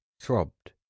throbbed